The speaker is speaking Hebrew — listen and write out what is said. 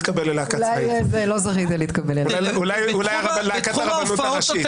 עלול להיגרם בפועל,